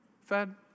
fed